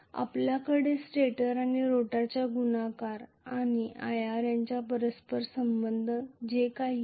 आपल्याकडे स्टेटर आणि रोटरच्या गुणाकार आणि ir यांच्यात परस्पर संबंध आहे जे काही आहे